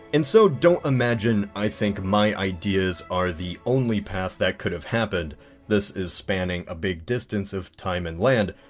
and so don't imagine i think my ideas are the only path that could have happened this is spanning a big distance of time and land.